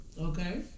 Okay